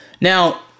Now